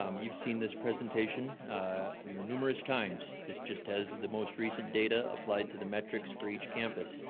um you've seen this presentation numerous times. this just has the most recent data applied to the metrics for each campus.